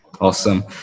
awesome